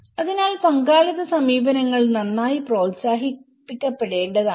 അതിനാൽ പങ്കാളിത്ത സമീപനങ്ങൾ നന്നായി പ്രോത്സാഹിപ്പിക്കപ്പെടേണ്ടതാണ്